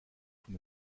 von